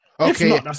Okay